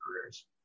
careers